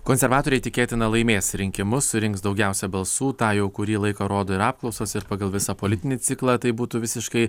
konservatoriai tikėtina laimės rinkimus surinks daugiausia balsų tą jau kurį laiką rodo ir apklausos ir pagal visą politinį ciklą tai būtų visiškai